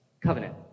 covenant